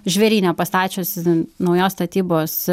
žvėryne pastačiusi naujos statybos